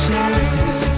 chances